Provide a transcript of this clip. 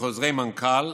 וחוזרי מנכ"ל.